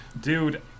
dude